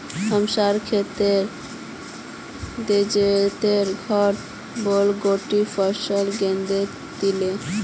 हमसार खेतत ज्योतिर घेर बैल गोट्टे फसलक रौंदे दिले